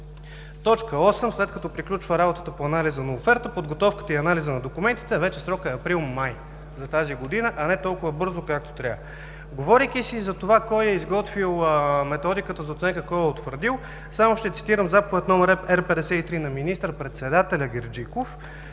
т. 8, след като приключва работата по анализа на оферта, подготовката и анализът на документите, срокът вече е април – май за тази година, а не толкова бързо, както трябва. Говорейки си за това кой е изготвил Методиката за оценка и кой я е утвърдил, само ще цитирам Заповед № РП-53 на министър-председателя Герджиков,